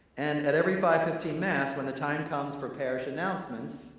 and at every five fifteen mass when the time comes for parish announcements,